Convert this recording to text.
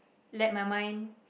let my mind